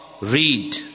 read